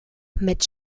mit